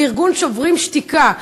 לארגון "שוברים שתיקה",